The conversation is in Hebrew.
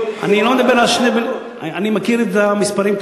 אני מכיר את המספרים,